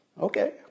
Okay